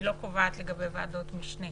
אני לא קובעת לגבי ועדות משנה.